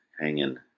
hanging